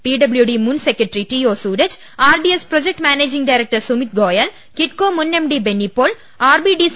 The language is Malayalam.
പിഡബ്ല്യൂഡി മുൻ secretary T O Suraj RDS projects managing director Sumit Goyal KITCO മുൻ എം ഡി ബെന്നിപോൾ ആർബിഡിസികെ അസി